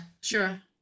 sure